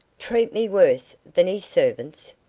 treat me worse than his servants?